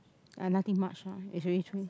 uh nothing much ah it's really